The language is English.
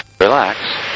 relax